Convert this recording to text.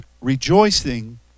rejoicing